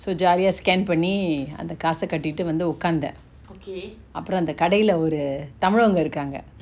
so jolly ah scan பன்னி அந்த காச கட்டிட்டு வந்து உக்காந்த அப்ரோ அந்த கடைல ஒரு:panni antha kaasa kattitu vanthu ukkantha apro antha kadaila oru tamil lah வங்க இருக்காங்க:vanga irukanga